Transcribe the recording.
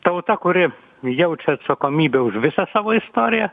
tauta kuri jaučia atsakomybę už visą savo istoriją